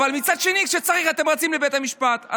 ומצד שני, כשצריך, אתם רצים לבית המשפט.